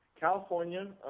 California